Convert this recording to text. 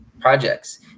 projects